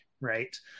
right